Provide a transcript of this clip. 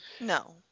No